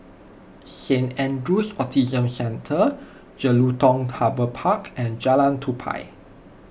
Saint andrew's Autism Centre Jelutung Harbour Park and Jalan Tupai